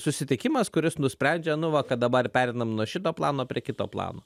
susitikimas kuris nusprendžia nu va kad dabar pereinam nuo šito plano prie kito plano